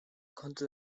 konnte